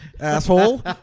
asshole